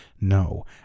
No